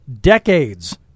decades